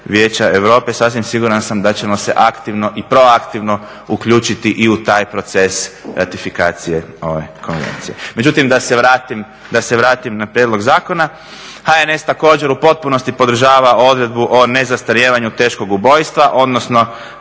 Vijeća Europe sasvim siguran sam da ćemo se aktivno i proaktivno uključiti i u taj proces ratifikacije ove konvencije. Međutim da se vratim na prijedlog zakona. HNS također u potpunosti podržava odredbu o nezastarijevanju teškog ubojstva odnosno